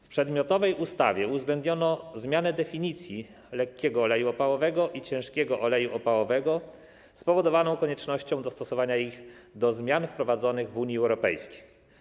W przedmiotowej ustawie uwzględniono zmianę definicji lekkiego oleju opałowego i ciężkiego oleju opałowego, spowodowaną koniecznością dostosowania ich do zmian wprowadzonych w Unii Europejskiej.